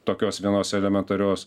tokios vienos elementarios